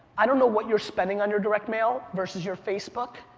i don't know what you're spending on your direct mail versus your facebook,